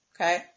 Okay